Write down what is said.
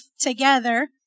together